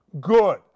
Good